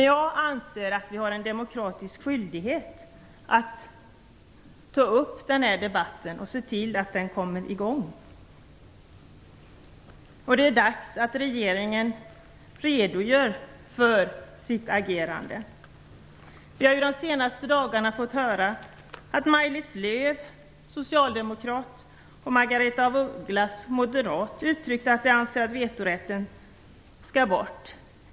Jag anser att vi har en demokratisk skyldighet att ta upp den här debatten och se till att den kommer i gång. Det är dags att regeringen redogör för sitt agerande. Under de senaste dagarna har vi fått höra att Maj-Lis Lööw, socialdemokrat, och Margaretha af Ugglas, moderat, uttryckt att de anser att vetorätten skall bort.